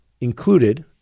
included